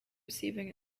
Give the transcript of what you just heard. receiving